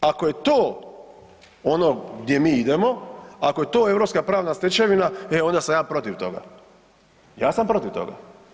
Ako je to ono gdje mi idemo, ako je to europska pravna stečevina, e onda sam ja protiv toga, ja sam protiv toga.